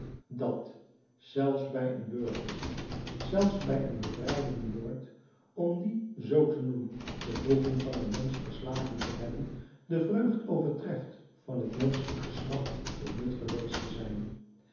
dat zelfs bij een burgerlijken zelfs bij een bevrijdenden moord om dien zoo te noemen de wroeging van een mensch verslagen te hebben de vreugd overtreft van het menschelijk geslacht tot nut te zijn